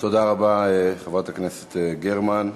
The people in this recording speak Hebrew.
תודה רבה, חברת הכנסת גרמן.